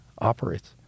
operates